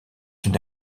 une